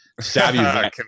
savvy